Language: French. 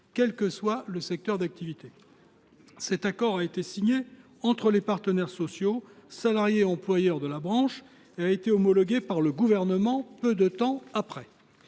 quel que soit leur secteur d’activité. Cet accord a été signé entre les partenaires sociaux de la branche, salariés et employeurs, et a été homologué par le Gouvernement peu de temps après.